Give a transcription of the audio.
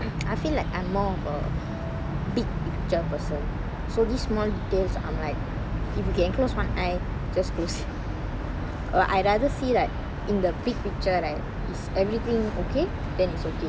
I feel like I'm more of a big picture person so this small thing if you can close one eye just close err I rather see like in the big picture right if everything okay then is okay